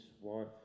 wife